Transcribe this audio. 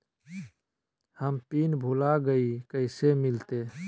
हम पिन भूला गई, कैसे मिलते?